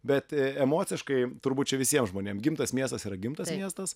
bet emociškai turbūt čia visiem žmonėm gimtas miestas yra gimtas miestas